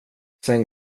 sen